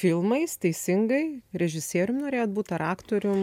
filmais teisingai režisierium norėjot būt ar aktorium